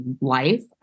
life